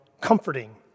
comforting